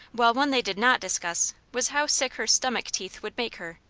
while one they did not discuss was how sick her stomach teeth would make her.